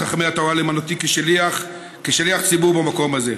חכמי התורה למנותי לשליח ציבור במקום הזה.